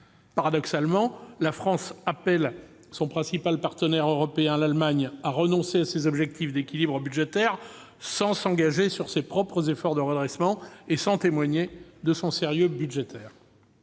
Paradoxalement, la France appelle son principal partenaire européen, l'Allemagne, à renoncer à ses objectifs d'équilibre budgétaire, sans s'engager sur ses propres efforts de redressement et sans témoigner de son sérieux budgétaire.